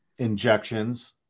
Injections